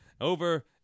over